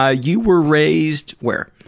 ah you were raised where?